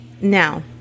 Now